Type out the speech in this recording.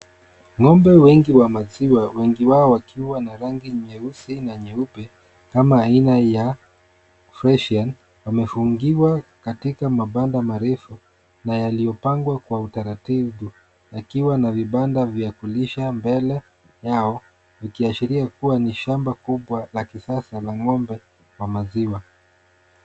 Ng'ombe wengi wa maziwa, wengi wao wakiwa na rangi nyeusi na nyeupe, ama aina ya freshian wamefungiwa katika mabanda marefu na yaliyopangwa kwa utaratibu, yakiwa na vibanda vya kulisha mbele yao, vikiashiria kuwa ni shamba kubwa la kisasa la ng'ombe wa maziwa.